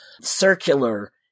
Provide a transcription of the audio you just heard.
circular